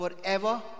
forever